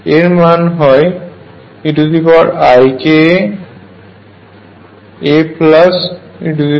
এর মান হয় eikaAeikaB